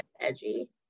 edgy